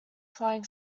flying